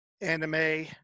anime